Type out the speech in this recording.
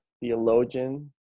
theologian